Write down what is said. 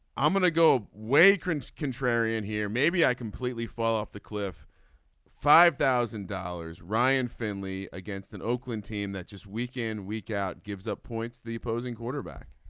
i'm going to go way current contrarian here maybe i completely fall off the cliff five thousand dollars ryan family against an oakland team that just week in week out gives up points the opposing quarterback